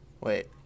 Wait